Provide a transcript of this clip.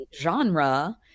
genre